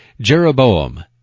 Jeroboam